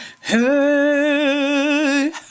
hey